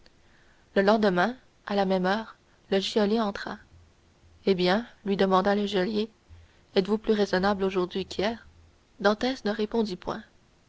le lendemain à la même heure le geôlier entra eh bien lui demanda le geôlier êtes-vous plus raisonnable aujourd'hui qu'hier dantès ne répondit point